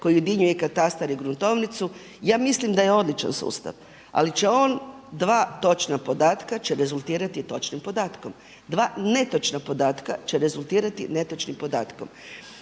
koji ujedinjuje katastar i gruntovnicu. Ja mislim da je odličan sustav, ali će on dva točna podatka će rezultirati točnim podatkom, dva netočna podatka će rezultirati netočnim podatkom.